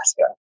Alaska